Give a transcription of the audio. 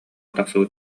тахсыбыт